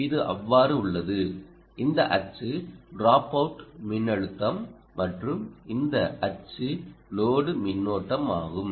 இது அவ்வாறு உள்ளது இந்த அச்சு டிராப்அவுட் மின்னழுத்தம் மற்றும் இந்த அச்சு லோடு மின்னோட்டமாகும்